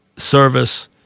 Service